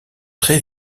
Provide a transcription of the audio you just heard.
très